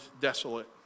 desolate